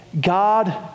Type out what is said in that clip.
God